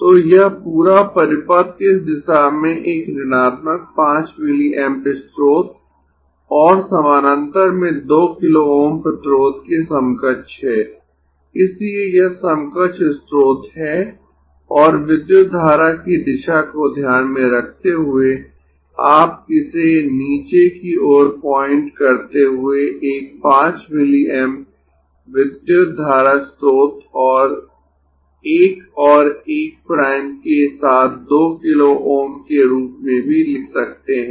तो यह पूरा परिपथ इस दिशा में एक ऋणात्मक 5 मिलीएम्प स्रोत और समानांतर में 2 किलो Ω प्रतिरोध के समकक्ष है इसलिए यह समकक्ष स्रोत है और विद्युत धारा की दिशा को ध्यान में रखते हुए आप इसे नीचे की ओर पॉइंट करते हुए एक 5 मिलीएम्प विद्युत धारा स्रोत और 1 और 1 प्राइम के साथ 2 किलो Ω के रूप में भी लिख सकते है